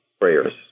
prayers